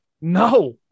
No